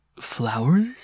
flowers